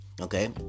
Okay